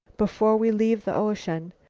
before we leave the ocean.